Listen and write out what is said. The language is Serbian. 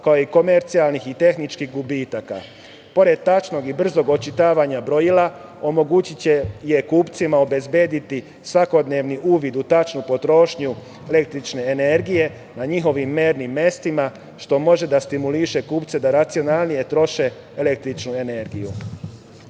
kao i komercijalnih i tehničkih gubitaka. Pored tačnog i brzog očitavanja brojila obezbediće kupcima svakodnevni uvid u tačnu potrošnju električne energije na njihovim mernim mestima, što može da stimuliše kupce da racionalnije troše električnu energiju. Takođe,